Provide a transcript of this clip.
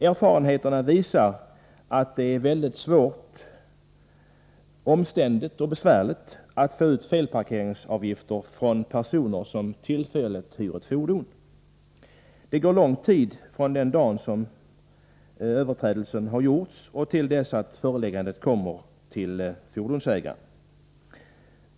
Erfarenheterna visar att det är väldigt svårt, omständligt och besvärligt att få in felparkeringsavgifter från personer som tillfälligt hyr ett fordon. Det går lång tid från den dag då överträdelsen har gjorts till dess att föreläggande kommer till fordonsägaren.